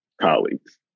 colleagues